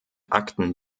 akten